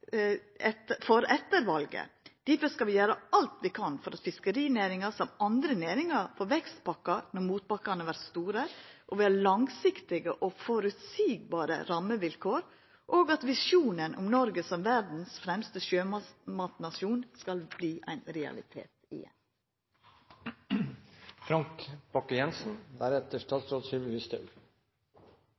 for òg etter valet. Difor skal vi gjera alt vi kan, for at fiskerinæringa, som andre næringar, får vekstpakkar når motbakkane vert store, at det skal vera langsiktige og føreseielege rammevilkår, og at visjonen om Noreg som verdas fremste sjømatnasjon skal verta ein realitet igjen. 10. juni i